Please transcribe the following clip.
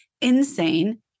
insane